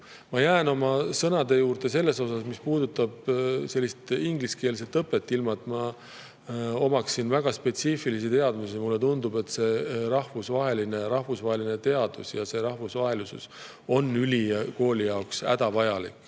Ma jään oma sõnade juurde selle kohta, mis puudutab ingliskeelset õpet. Ilma et mul oleks väga palju spetsiifilisi teadmisi, mulle tundub, et rahvusvaheline teadus ja üldse rahvusvahelisus on ülikooli jaoks hädavajalik.